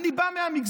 אני בא מהמגזר,